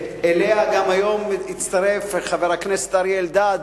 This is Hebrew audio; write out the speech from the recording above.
שאליה הצטרף היום גם חבר הכנסת אריה אלדד,